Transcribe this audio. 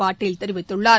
பாட்டல் தெரிவித்துள்ளார்